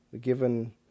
given